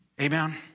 amen